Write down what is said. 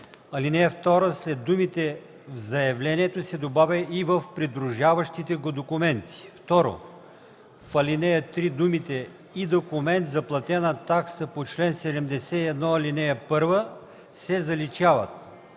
ал. 2 след думите „в заявлението” се добавя „и в придружаващите го документи”. 2. В ал. 3 думите „и документ за платена такса по чл. 71, ал. 1” се заличават.